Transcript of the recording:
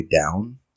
down